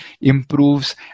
improves